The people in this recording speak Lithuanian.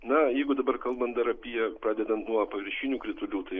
na jeigu dabar kalbant dar apie pradedant nuo paviršinių kritulių tai